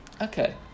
okay